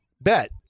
bet